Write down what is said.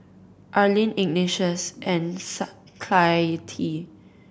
Arlene Ignatius and Clytie